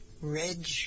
Reg